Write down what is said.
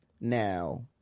Now